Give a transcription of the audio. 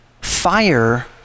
fire